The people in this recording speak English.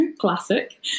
Classic